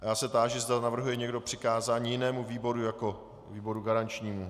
Já se táži, zda navrhuje někdo přikázání jinému výboru jako výboru garančnímu.